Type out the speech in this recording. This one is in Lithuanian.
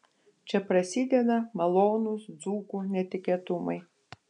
čia prasideda malonūs dzūkų netikėtumai